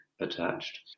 attached